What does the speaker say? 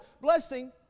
blessing